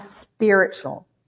spiritual